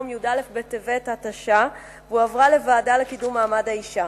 ותעבור לוועדת חוקה,